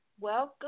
Welcome